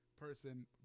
person